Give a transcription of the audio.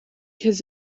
his